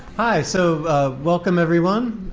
hi, so welcome, everyone.